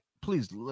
please